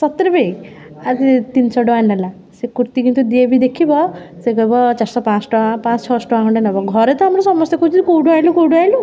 ସତରେ ବେ ଆରେ ତିନିଶହ ଟଙ୍କା ନେଲା ସେ କୁର୍ତ୍ତୀ କିନ୍ତୁ ଯିଏ ବି ଦେଖିବ ସେ କହିବ ଚାରିଶହ ପାଞ୍ଚଶହ ଟଙ୍କା ପାଞ୍ଚଶହ ଛଅଶହ ଟଙ୍କା ଖଣ୍ଡେ ନେବ ଘରେ ତ ଆମର ସମସ୍ତେ କହୁଛନ୍ତି କେଉଁଠୁ ଆଣିଲୁ କେଉଁଠୁ ଆଣିଲୁ